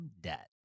debt